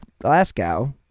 Glasgow